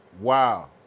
Wow